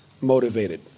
motivated